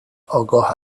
آگاه